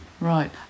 right